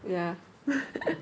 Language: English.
yeah